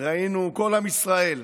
וראינו, כל עם ישראל,